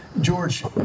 George